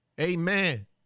Amen